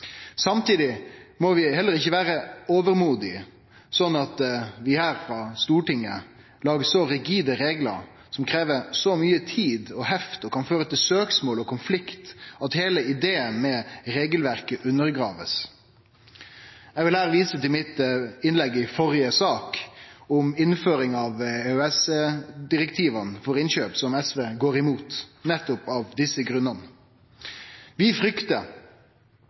Samtidig må vi heller ikkje vere overmodige, slik at vi frå Stortinget lagar så rigide reglar – som krev så mykje tid og kan føre til heft, søksmål og konflikt – at heile ideen med regelverket blir undergrave. Eg vil vise til mitt innlegg i den førre saka, om innføringa av EØS-direktiva for innkjøp, som SV går imot nettopp av desse grunnane. Vi fryktar